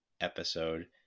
episode